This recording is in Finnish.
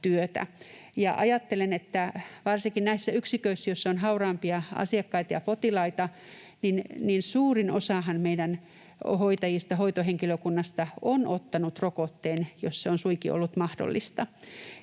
Ajattelen, että varsinkin näissä yksiköissä, joissa on hauraampia asiakkaita ja potilaita, suurin osahan meidän hoitajistamme ja hoitohenkilökunnastamme on ottanut rokotteen, jos se on suinkin ollut mahdollista,